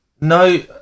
No